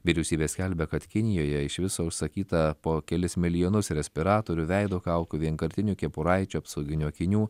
vyriausybė skelbia kad kinijoje iš viso užsakyta po kelis milijonus respiratorių veido kaukių vienkartinių kepuraičių apsauginių akinių